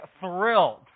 thrilled